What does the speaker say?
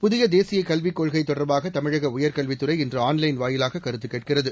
புதிய தேசிய கல்விக் கொள்கை தொடர்பாக தமிழக உயர்கல்வித் துறை இன்று ஆன்லைன் வாயிலாக கருத்து கேட்கிறது